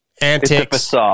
antics